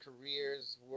careers